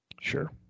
Sure